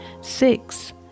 Six